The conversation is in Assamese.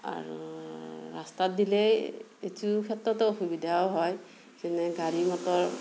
আৰু ৰাস্তাত দিলেই এইটো ক্ষেত্ৰতো অসুবিধাও হয় যেনে গাড়ী মটৰ